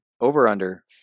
over-under